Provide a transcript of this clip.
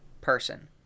person